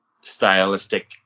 stylistic